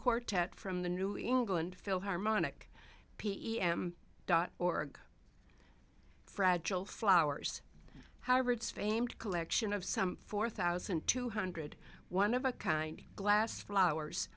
quartet from the new england philharmonic p e m dot org fragile flowers however it's famed collection of some four thousand two hundred one of a kind glass flowers